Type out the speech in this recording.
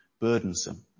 burdensome